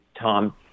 tom